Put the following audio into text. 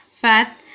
fat